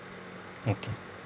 okay